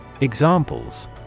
Examples